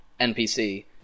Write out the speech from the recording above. NPC